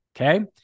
okay